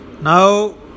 Now